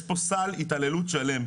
יש פה סל התעללות שלם.